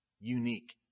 unique